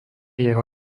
jeho